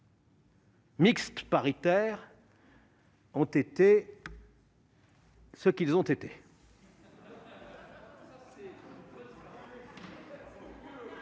mixte paritaire ont été ... ce qu'ils ont été.